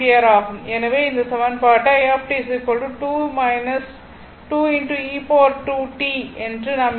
எனவே இந்தச் சமன்பாட்டை என்று நாம் எழுதலாம்